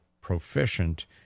proficient